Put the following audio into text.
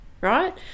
right